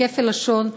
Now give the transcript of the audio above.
כפל לשון,